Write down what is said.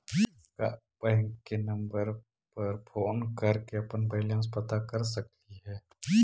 का बैंक के नंबर पर फोन कर के अपन बैलेंस पता कर सकली हे?